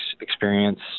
Experience